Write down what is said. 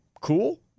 Cool